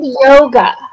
yoga